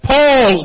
Paul